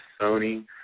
Sony